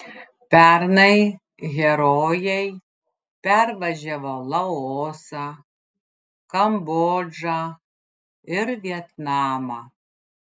pernai herojai pervažiavo laosą kambodžą ir vietnamą